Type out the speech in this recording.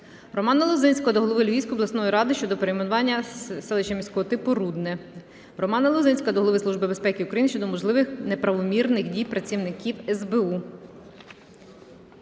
Романа Лозинського до голови Львівської обласної ради щодо перейменування селища міського типу Рудне. Романа Лозинського до Голови Служби безпеки України щодо можливих неправомірних дій працівників СБУ.